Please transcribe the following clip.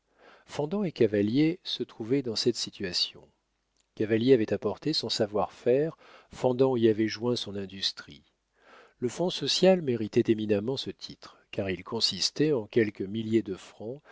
et cavalier se trouvaient dans cette situation cavalier avait apporté son savoir-faire fendant y avait joint son industrie le fonds social méritait éminemment ce titre car il consistait en quelques milliers de francs